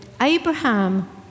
Abraham